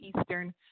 Eastern